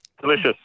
Delicious